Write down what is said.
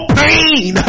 pain